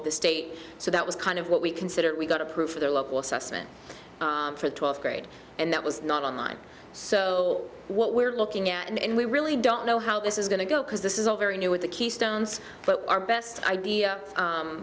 of the state so that was kind of what we considered we got approved for their local assessment for the twelfth grade and that was not online so what we're looking at and we really don't know how this is going to go because this is all very new at the keystones but our best idea